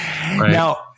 now